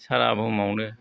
सारा बुहुमावनो